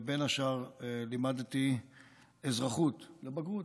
ובין השאר לימדתי אזרחות לבגרות.